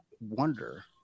wonder